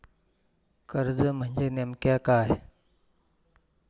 कर्ज म्हणजे नेमक्या काय?